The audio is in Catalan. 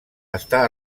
està